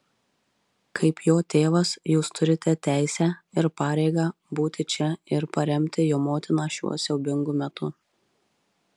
kaip jo tėvas jūs turite teisę ir pareigą būti čia ir paremti jo motiną šiuo siaubingu metu